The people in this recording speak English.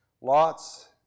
Lots